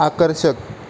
आकर्षक